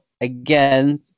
Again